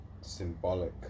symbolic